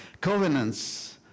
Covenants